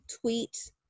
tweet